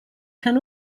can